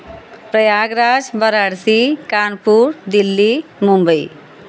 Prayagraj Varanasi Kanpur Delhi Mumbai